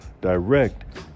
direct